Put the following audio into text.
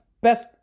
best